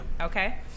Okay